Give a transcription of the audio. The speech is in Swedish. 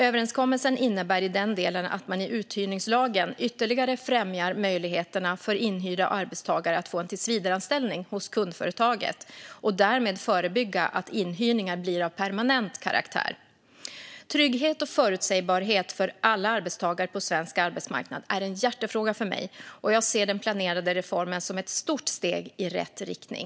Överenskommelsen innebär i den delen att man i uthyrningslagen ytterligare främjar möjligheterna för inhyrda arbetstagare att få en tillsvidareanställning hos kundföretaget och därmed förebygga att inhyrningar blir av permanent karaktär. Trygghet och förutsägbarhet för alla arbetstagare på svensk arbetsmarknad är en hjärtefråga för mig, och jag ser den planerade reformen som ett stort steg i rätt riktning.